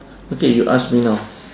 okay you ask me now